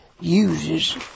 uses